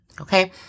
okay